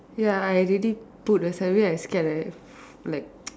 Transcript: ya I already put a survey I scared right like